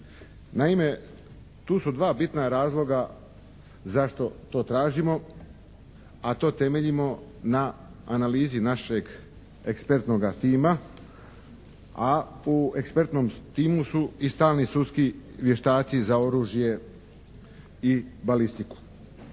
Naime, tu su dva bitna razloga zašto to tražimo, a to temeljimo na analizi našeg ekspertnoga tima a u ekspertnom timu su i stalni sudski vještaci za oružje i balistiku.